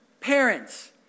Parents